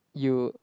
you